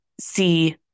see